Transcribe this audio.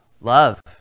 love